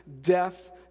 death